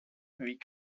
wie